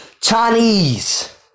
Chinese